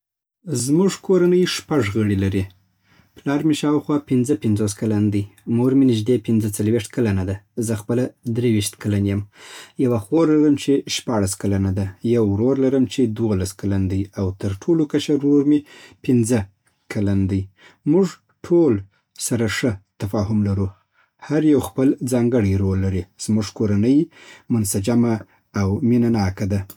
زموږ کورنۍ شپږ غړي لري. پلار مې شاوخوا پنځه پنځوس کلن دی. مور مې نژدې پنځه څلوېښت کلنه ده. زه خپله درې ویشت کلن یم. یوه خور لرم چې شپاړس کلنه ده. یو ورور لرم چې دولس کلن دی. او تر ټولو کشر ورور مې پنځه کلن دی. موږ ټول سره ښه تفاهم لرو. هر یو خپل ځانګړی رول لري. زموږ کورنۍ منسجمه او مینه ناکه ده